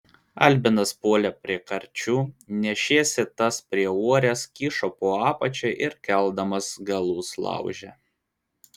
albinas puolė prie karčių nešėsi tas prie uorės kišo po apačia ir keldamas galus laužė